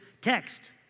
text